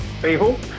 people